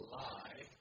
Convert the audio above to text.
lie